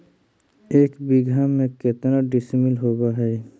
एक बीघा में केतना डिसिमिल होव हइ?